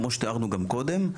כמו שתיארנו גם קודם,